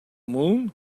moon